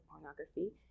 pornography